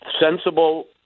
sensible